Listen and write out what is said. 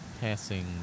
passing